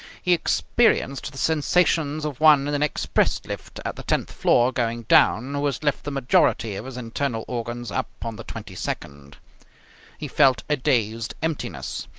he experienced the sensations of one in an express lift at the tenth floor going down who has left the majority of his internal organs up on the twenty-second. he felt a dazed emptiness.